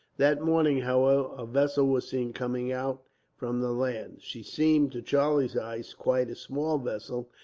that morning, however, a vessel was seen coming out from the land. she seemed, to charlie's eyes, quite a small vessel,